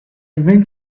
went